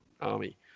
army